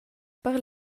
per